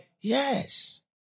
Yes